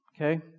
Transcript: okay